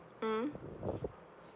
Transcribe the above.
mm